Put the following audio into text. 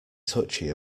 touchy